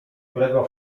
którego